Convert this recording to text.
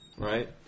Right